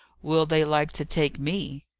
will they like to take me?